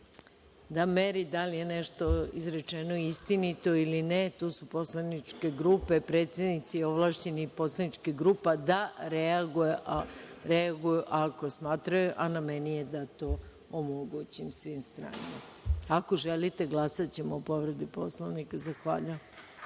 da meri da li je nešto izrečeno istinito ili ne. Tu su poslaničke grupe, predsednici, ovlašćeni poslaničkih grupa da reaguju ako smatraju, a na meni je da to omogućim svim stranama. Ako želite, glasaćemo o povredi Poslovnika.(Zvonimir